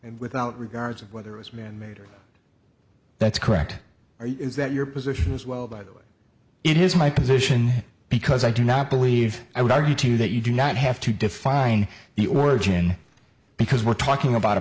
without regards of whether it was manmade or that's correct are you is that your position as well by the way it is my position because i do not believe i would argue to you that you do not have to define the origin because we're talking about a